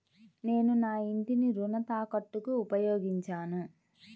నేను నా ఇంటిని రుణ తాకట్టుకి ఉపయోగించాను